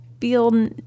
feel